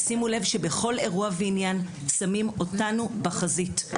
שימו לב שבכל אירוע ועניין, שמים אותנו בחזית.